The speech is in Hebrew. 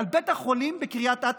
על בית החולים בקריית אתא,